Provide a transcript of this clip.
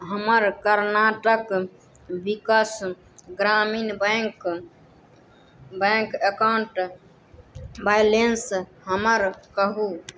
हमर कर्नाटक विकास ग्रामीण बैँक एकाउण्टके बैलेन्स हमरा कहू